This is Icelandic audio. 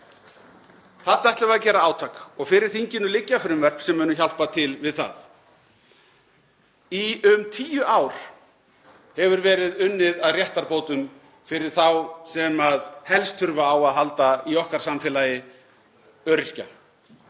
Þarna ætlum við að gera átak og fyrir þinginu liggja frumvörp sem munu hjálpa til við það. Í um tíu ár hefur verið unnið að réttarbótum fyrir þá sem helst þurfa á að halda í okkar samfélagi: öryrkja.